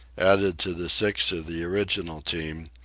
added to the six of the original team,